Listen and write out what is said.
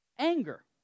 Anger